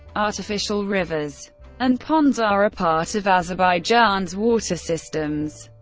artificial rivers and ponds are a part of azerbaijan's water systems.